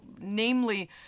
Namely